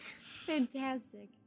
Fantastic